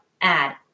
add